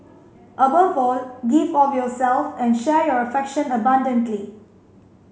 above all give of yourself and share your affection abundantly